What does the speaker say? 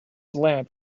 lamp